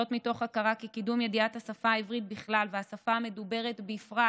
מתוך הכרה כי קידום ידיעת השפה העברית בכלל והשפה המדוברת בפרט,